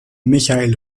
michael